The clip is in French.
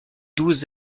douze